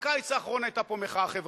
בקיץ האחרון היתה פה מחאה חברתית.